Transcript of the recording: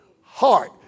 heart